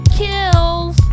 kills